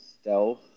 stealth